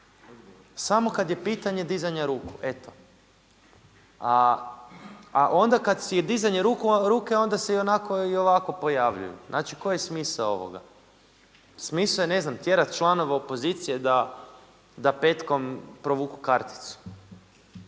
samo kada je pitanje dizanja ruku. Eto. A onda kad je dizanje ruku onda se i onako i ovako pojavljuju. Znači koji je smisao ovoga? Smisao je ne znam tjerat članove opozicije da petkom provuku karticu.